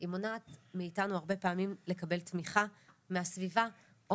היא מונעת מאתנו הרבה פעמים לקבל תמיכה מהסביבה או